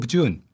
June